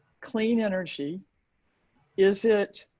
clean energy is it